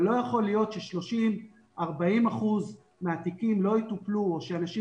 אבל לא יכול להיות ש-40%-30% מהתיקים לא יטופלו או שאנשים